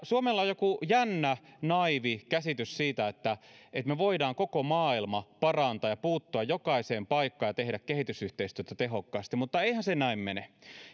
suomella on joku jännä naiivi käsitys siitä että me voimme koko maailman parantaa ja puuttua jokaiseen paikkaan ja tehdä kehitysyhteistyötä tehokkaasti mutta eihän se näin mene